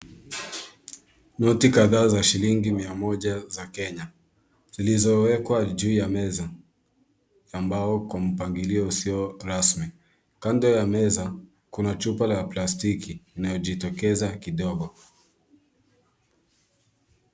Noti kadhaa za shilingi mia moja za kenya zilizowekwa juu ya meza ambao kwa mpangilio usiyo rasmi kando ya meza kuna chupa la plastiki inayojitokeza kidogo.